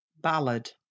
Ballad